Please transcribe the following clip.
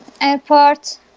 airport